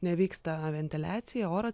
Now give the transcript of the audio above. nevyksta ventiliacija oro